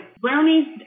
Brownies